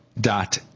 dot